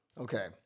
Okay